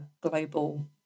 global